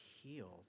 healed